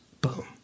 boom